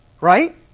Right